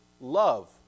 love